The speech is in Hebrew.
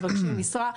מבקשים מסמך,